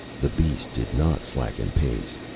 the beast did not slacken pace.